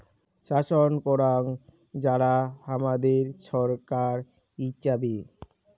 শাসন করাং যারা হামাদের ছরকার হিচাবে